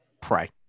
Pray